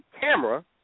camera